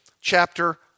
chapter